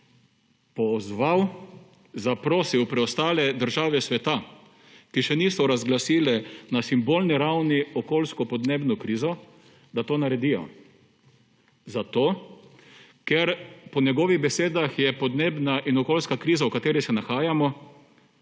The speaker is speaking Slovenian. pozval, zaprosil preostale države sveta, ki še niso razglasile na simbolni ravni okoljsko-podnebne krize, da to naredijo. Ker po njegovih besedah je podnebna in okoljska kriza, v kateri se nahajamo,